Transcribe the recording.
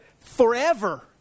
Forever